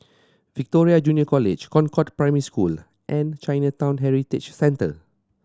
Victoria Junior College Concord Primary School and Chinatown Heritage Centre